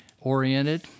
oriented